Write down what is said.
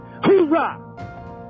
Hoorah